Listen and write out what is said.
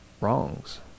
wrongs